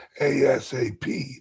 ASAP